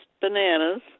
bananas